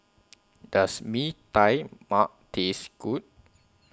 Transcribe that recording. Does Mee Tai Mak Taste Good